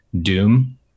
Doom